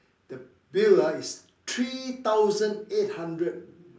the bill ah is three thousand eight hundred